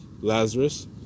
Lazarus